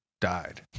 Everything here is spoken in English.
died